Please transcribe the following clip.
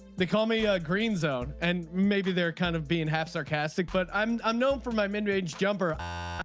they call me a green zone and maybe they're kind of being half sarcastic but i'm i'm known for my mid-range jumper.